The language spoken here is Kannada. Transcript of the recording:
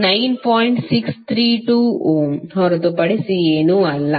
632 ಓಮ್ ಹೊರತುಪಡಿಸಿ ಏನೂ ಅಲ್ಲ